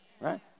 right